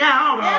out